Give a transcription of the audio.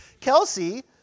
Kelsey